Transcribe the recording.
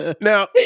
Now